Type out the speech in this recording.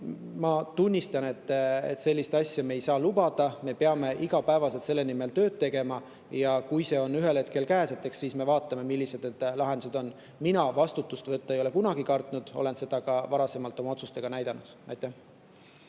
tunnistan, et sellist asja me ei saa lubada, me peame iga päev selle nimel tööd tegema. Kui see [olukord] on ühel hetkel käes, eks siis vaatame, millised need lahendused on. Vastutust võtta ei ole ma kunagi kartnud, olen seda ka oma varasemate otsustega näidanud. Aitäh!